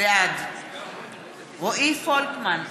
בעד רועי פולקמן,